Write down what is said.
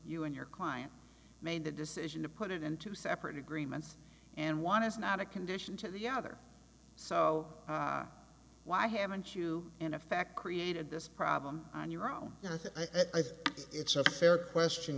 you and your client made the decision to put it in two separate agreements and want to is not a condition to the other so why haven't you in effect created this problem on your own i think it's a fair question